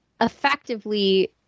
effectively